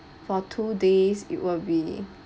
for two days it will be